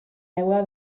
aigua